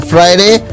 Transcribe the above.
Friday